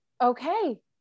okay